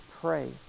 pray